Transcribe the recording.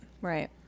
Right